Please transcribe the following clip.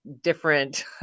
different